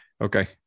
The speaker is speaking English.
Okay